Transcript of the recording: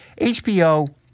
HBO